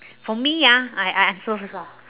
for me ah I I answer first ah